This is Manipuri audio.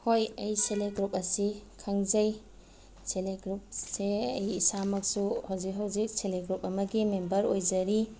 ꯍꯣꯏ ꯑꯩ ꯁꯦꯜꯐ ꯍꯦꯜꯞ ꯒ꯭ꯔꯨꯞ ꯑꯁꯤ ꯈꯪꯖꯩ ꯁꯦꯜꯐ ꯍꯦꯜꯞ ꯒ꯭ꯔꯨꯞꯁꯦ ꯑꯩ ꯏꯁꯥꯃꯛꯁꯨ ꯍꯧꯖꯤꯛ ꯍꯧꯖꯤꯛ ꯁꯦꯜꯐ ꯍꯦꯜꯞ ꯒ꯭ꯔꯨꯞ ꯑꯃꯒꯤ ꯃꯦꯝꯕꯔ ꯑꯣꯏꯖꯔꯤ